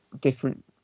different